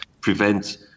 prevent